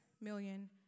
million